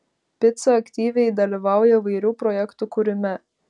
pica aktyviai dalyvauja įvairių projektų kūrime